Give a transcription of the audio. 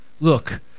Look